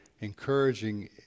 encouraging